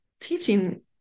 teaching